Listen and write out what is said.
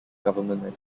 government